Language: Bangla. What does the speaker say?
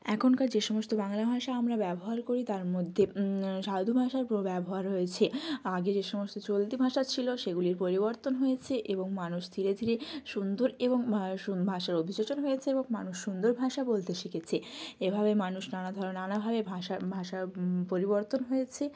এখনকার যে সমস্ত বাংলা ভাষা আমরা ব্যবহার করি তার মধ্যে সাধু ভাষার ব্যবহার রয়েছে আগে যে সমস্ত চলতি ভাষা ছিল সেগুলির পরিবর্তন হয়েছে এবং মানুষ ধীরে ধীরে সুন্দর এবং ভাষার অভিযোজন হয়েছে এবং মানুষ সুন্দর ভাষা বলতে শিখেছে এভাবে মানুষ নানা ধরন নানাভাবে ভাষার পরিবর্তন হয়েছে